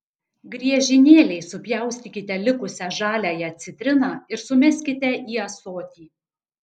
griežinėliais supjaustykite likusią žaliąją citriną ir sumeskite į ąsotį